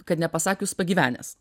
kad nepasakius pagyvenęs